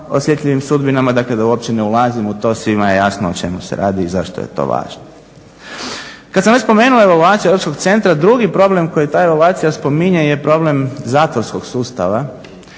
osjetljivim sudbinama, dakle da uopće ne ulazim u to, svima je jasno o čemu se radi i zašto je to važno. Kad sam već spomenuo evaluaciju Europskog centra drugi problem koji ta evaluacija spominje je problem zatvorskog sustava.